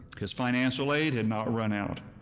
his financial aid had not run out,